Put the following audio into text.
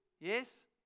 Yes